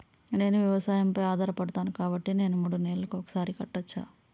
నేను వ్యవసాయం పై ఆధారపడతాను కాబట్టి నేను మూడు నెలలకు ఒక్కసారి కట్టచ్చా?